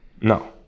No